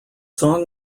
song